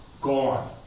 Gone